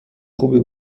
خوبی